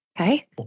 Okay